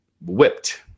whipped